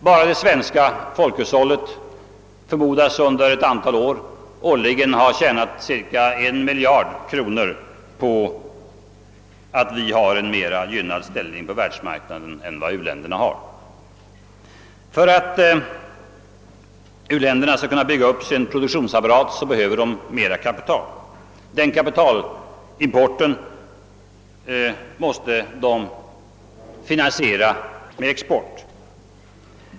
Bara det svenska folkhushållet förmodas under ett antal år ha tjänat cirka 1 miljard kronor årligen på att vi har en mera gynnad ställning på världsmarknaden än u-länderna. För att u-länderna skall kunna bygga upp sin produktionsapparat behöver de mera kapital. Den kapitalimporten måste de finansiera med export.